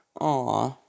Aw